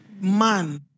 man